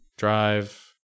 drive